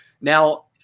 Now